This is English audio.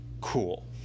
Cool